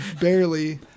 barely